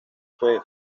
fue